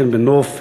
הן בנוף,